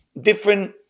different